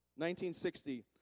1960